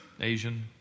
Asian